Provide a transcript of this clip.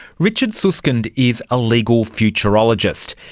richard susskind is a legal futurologist.